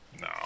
No